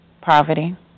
poverty